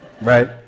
right